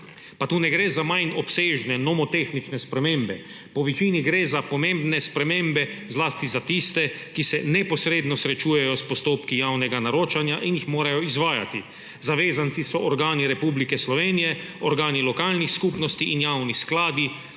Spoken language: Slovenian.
Pa tu ne gre za manj obsežne nomotehnične spremembe, po večini gre za pomembne spremembe, zlasti za tiste, ki se neposredno srečujejo s postopki javnega naročanja in jih morajo izvajati. Zavezanci so organi Republike Slovenije, organi lokalnih skupnost in javni skladi,